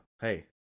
hey